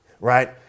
right